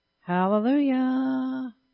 Hallelujah